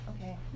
Okay